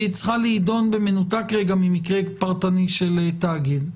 צריכה להידון במנותק רגע ממקרה פרטני של תאגיד.